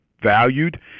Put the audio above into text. valued